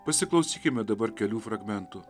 pasiklausykime dabar kelių fragmentų